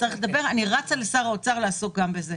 אני רצה עכשיו לשר האוצר כדי לעסוק גם בזה.